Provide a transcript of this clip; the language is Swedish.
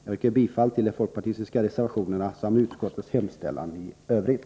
Jag yrkar bifall till de folkpartistiska reservationerna samt till utskottets hemställan i övrigt.